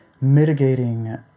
mitigating